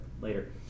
later